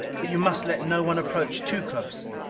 but you must let no one approach too close.